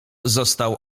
został